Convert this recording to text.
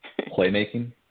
Playmaking